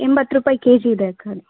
ಎಂಬತ್ತು ರೂಪಾಯಿ ಕೆಜಿ ಇದೆ ಅಕ್ಕ